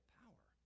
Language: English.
power